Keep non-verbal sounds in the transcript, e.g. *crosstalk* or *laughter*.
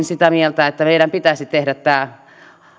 *unintelligible* sitä mieltä että meidän pitäisi tehdä tämä